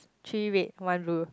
three red one blue